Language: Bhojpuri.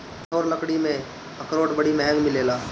कठोर लकड़ी में अखरोट बड़ी महँग मिलेला